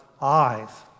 eyes